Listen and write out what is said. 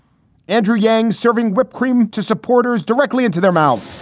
andrew yangs serving whipped cream to supporters directly into their mouths.